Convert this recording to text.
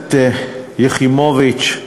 הכנסת יחימוביץ,